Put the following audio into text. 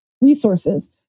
resources